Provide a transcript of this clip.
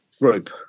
group